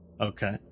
Okay